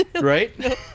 right